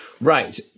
Right